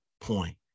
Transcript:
point